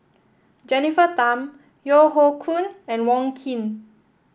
Jennifer Tham Yeo Hoe Koon and Wong Keen